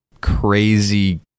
crazy